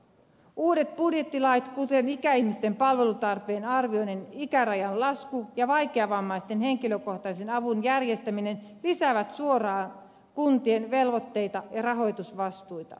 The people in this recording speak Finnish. uudet budjettilait kuten ikäihmisten palvelutarpeen arvioinnin ikärajan lasku ja vaikeavammaisten henkilökohtaisen avun järjestäminen lisäävät suoraan kuntien velvoitteita ja rahoitusvastuita